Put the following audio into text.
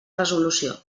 resolució